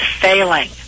failing